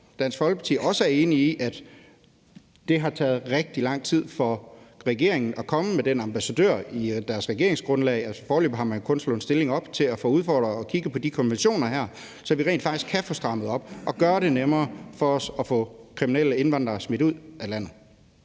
Dansk Folkeparti også er enig i, at det har taget rigtig lang tid for regeringen at komme med den ambassadør, som der tales om i deres regeringsgrundlag. Foreløbig har man kun slået en stilling i forhold til at få udfordret og kigget på de her konventioner, så vi rent faktisk kan få strammet op og gøre det nemmere at få kriminelle indvandrere smidt ud af landet.